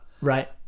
Right